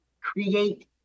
create